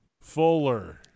Fuller